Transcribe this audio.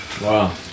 Wow